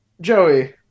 Joey